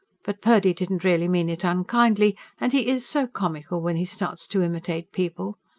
but purdy didn't really mean it unkindly and he is so comical when he starts to imitate people.